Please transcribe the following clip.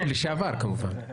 לשעבר כמובן.